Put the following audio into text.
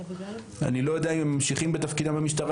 אני לא יודע אם הם ממשיכים בתפקידם במשטרה,